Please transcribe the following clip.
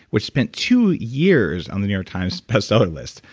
which spent two years on the new york times' bestseller list,